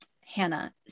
Hannah